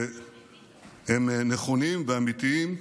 שהם נכונים ואמיתיים,